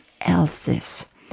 else's